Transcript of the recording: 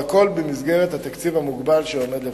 והכול במסגרת התקציב המוגבל שעומד לרשותנו.